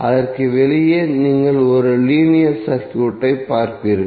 அதற்கு வெளியே நீங்கள் ஒரு லீனியர் சர்க்யூட்டை பார்ப்பீர்கள்